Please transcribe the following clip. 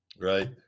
Right